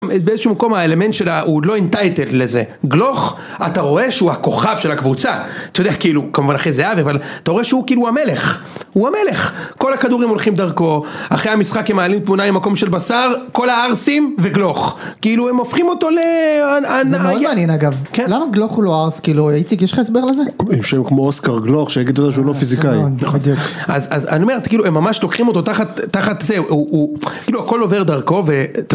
באיזה שום מקום האלמנט שלה הוא לא אינטייטל לזה גלוך אתה רואה שהוא הכוכב של הקבוצה אתה יודע כאילו כמובן אחרי זהבי אבל אתה רואה שהוא כאילו המלך הוא המלך כל הכדורים הולכים דרכו, אחרי המשחק הם מעלים תמונה ממקום של בשר כל הארסים וגלוך כאילו הם הופכים אותו לעניין. זה מאוד מעניין, למה גלוך הוא לא ארס כאילו, איציק, יש לך הסבר לזה? עם שם כמו אוסקר גלוך שיגידו לו שהוא לא פיזיקאי, אז אני אומר כאילו הם ממש לוקחים אותו תחת זה כאילו הכל עובר דרכו.